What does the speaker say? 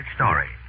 story